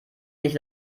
nicht